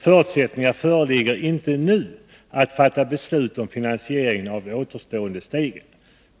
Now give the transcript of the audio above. Förutsättningar föreligger inte att nu fatta beslut om finansieringen av de återstående stegen.